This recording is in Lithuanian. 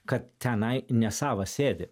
kad tenai ne savas sėdi